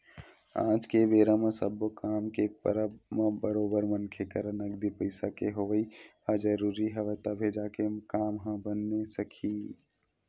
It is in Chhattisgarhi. आज के बेरा म सब्बो काम के परब म बरोबर मनखे करा नगदी पइसा के होवई ह जरुरी हवय तभे जाके काम ह बने सकही